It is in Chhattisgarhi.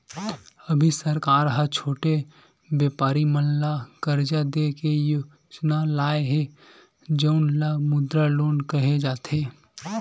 अभी सरकार ह छोटे बेपारी मन ल करजा दे के योजना लाए हे जउन ल मुद्रा लोन केहे जाथे